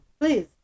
please